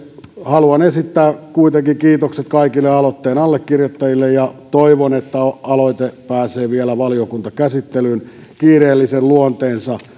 haluan esittää kuitenkin kiitokset kaikille aloitteen allekirjoittajille ja toivon että aloite pääsee vielä valiokuntakäsittelyyn kiireellisen luonteensa